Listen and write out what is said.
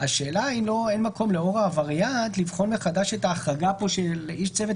אין מקום לאור הווריאנט לבחון מחדש את ההחרגה פה של איש צוות